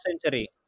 century